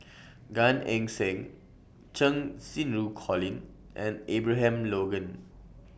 Gan Eng Seng Cheng Xinru Colin and Abraham Logan